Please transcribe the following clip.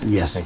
Yes